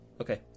Okay